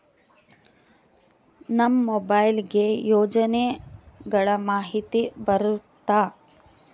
ನಮ್ ಮೊಬೈಲ್ ಗೆ ಯೋಜನೆ ಗಳಮಾಹಿತಿ ಬರುತ್ತ?